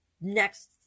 next